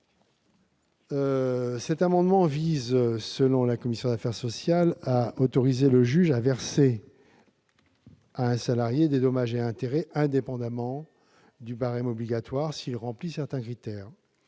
L'amendement n° 119 vise, selon la commission des affaires sociales, à autoriser le juge à verser à un salarié des dommages et intérêts indépendamment du barème obligatoire s'il remplit certains critères.